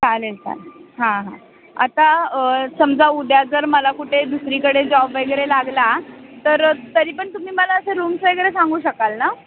चालेल चालेल हां हां आता समजा उद्याच जर मला कुठे दुसरीकडे जॉब वगैरे लागला तरं तरी पण तुम्ही मला असे रूम्स वगैरे सांगू शकाल ना